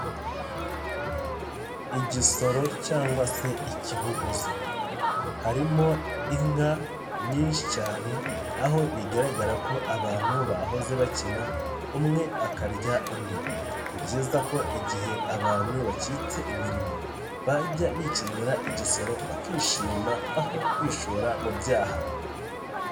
Igisoro cyangwa se ikibugoza, harimo inka nyinshi cyane aho bigaragara ko abantu bahoze bakina umwe akarya undi, ni byiza ko igihe abantu bacitse imirimo bajya bikinura igisoro bakishima aho kwishora mu byaha.